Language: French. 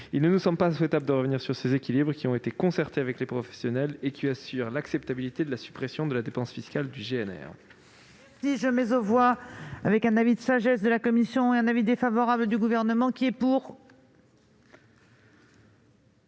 Il ne nous semble pas souhaitable de revenir sur cet équilibre, qui a fait l'objet d'une concertation avec les professionnels et qui garantit l'acceptabilité de la suppression de la dépense fiscale liée au GNR.